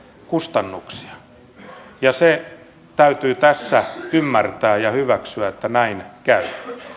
kustannuksia se täytyy tässä ymmärtää ja hyväksyä että näin käy